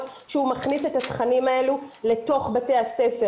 שהוא מכניס את התכנים האלו לתוך בתי הספר?